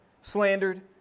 Slandered